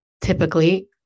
typically